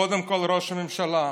קודם כול ראש הממשלה.